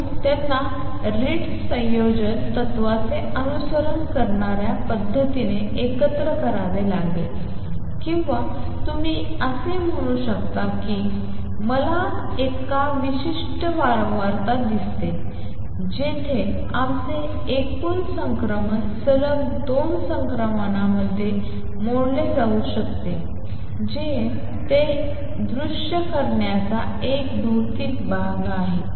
म्हणून त्यांना रिट्झ संयोजन तत्त्वाचे अनुसरण करणाऱ्या पद्धतीने एकत्र करावे लागेल किंवा तुम्ही असे म्हणू शकता की मला एक विशिष्ट वारंवारता दिसते जिथे आमचे एकूण संक्रमण सलग दोन संक्रमणांमध्ये मोडले जाऊ शकते जे ते दृश्य करण्याचा एक भौतिक मार्ग आहे